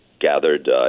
gathered